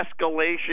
escalation